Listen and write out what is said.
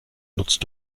nutzt